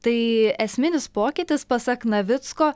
tai esminis pokytis pasak navicko